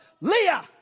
Leah